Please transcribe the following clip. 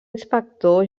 inspector